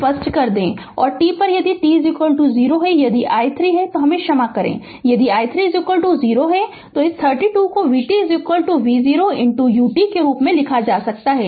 Refer Slide Time 3143 तो हम इसे स्पष्ट कर दे और t पर यदि t 0 है यदि i 3 क्षमा करें यदि i 3 0 तो इस 32 को vt v0 u t के रूप में लिखा जा सकता है